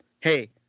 Hey